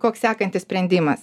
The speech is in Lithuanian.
koks sekantis sprendimas